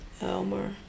Elmer